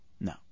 No